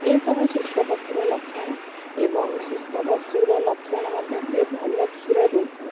ଏଇସବୁ ସୁସ୍ଥ ପଶୁର ଲକ୍ଷଣ ଏବଂ ସୁସ୍ଥ ପଶୁର ଲକ୍ଷଣ ମଧ୍ୟ ସେ ଭଲ କ୍ଷୀର ଦେଉଥିବ